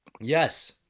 Yes